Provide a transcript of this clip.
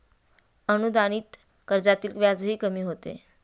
अनुदानित कर्जातील व्याजही कमी होते